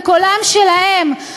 בקולם שלהם,